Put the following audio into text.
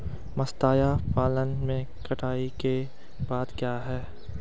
मत्स्य पालन में कटाई के बाद क्या है?